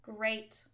Great